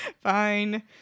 Fine